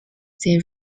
they